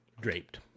draped